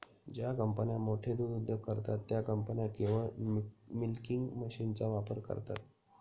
ज्या कंपन्या मोठे दूध उद्योग करतात, त्या कंपन्या केवळ मिल्किंग मशीनचा वापर करतात